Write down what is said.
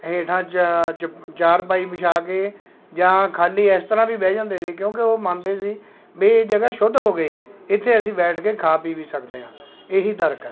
ਹੇਠਾਂ ਚਾ ਚਪ ਚਾਰਪਾਈ ਵਿਛਾ ਕੇ ਜਾਂ ਖਾਲੀ ਇਸ ਤਰ੍ਹਾਂ ਵੀ ਬਹਿ ਜਾਂਦੇ ਸੀ ਕਿਉਂਕਿ ਉਹ ਮੰਨਦੇ ਸੀ ਵੀ ਇਹ ਜਗ੍ਹਾ ਸ਼ੁੱਧ ਹੋ ਗਈ ਇੱਥੇ ਅਸੀਂ ਬੈਠ ਕੇ ਖਾ ਪੀ ਵੀ ਸਕਦੇ ਹਾਂ ਇਹੀ ਤਰਕ ਹੈ